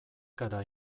gara